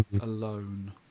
alone